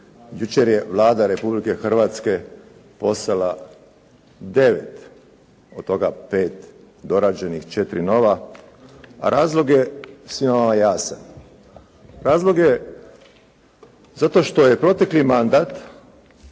Jučer je Vlada Republike Hrvatske poslala 9, od toga 5 dorađenih, 4 nova, a razlog je svima vama jasan. Razlog je zato što je protekli mandat